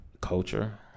culture